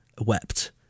wept